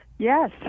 Yes